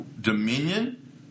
dominion